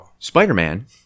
Spider-Man